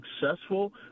successful